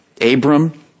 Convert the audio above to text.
Abram